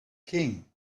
king